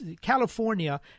California